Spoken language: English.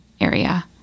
area